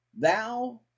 Thou